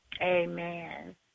Amen